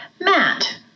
Matt